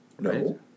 No